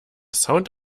sound